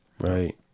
Right